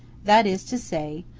that is to say,